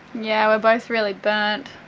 yeah we're both really burnt.